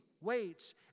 waits